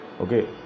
okay